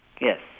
Yes